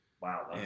Wow